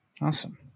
Awesome